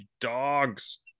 dogs